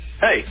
Hey